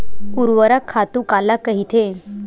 ऊर्वरक खातु काला कहिथे?